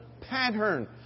pattern